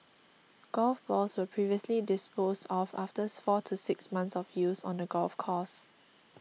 golf balls were previously disposed of after four to six months of use on the golf course